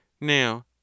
Now